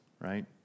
right